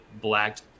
blacked